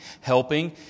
helping